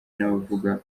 n’abavuga